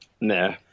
Nah